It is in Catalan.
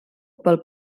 pel